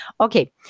Okay